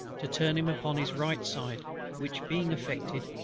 to turn him upon his right side which being effected,